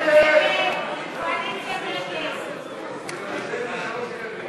ההסתייגויות לסעיף 12,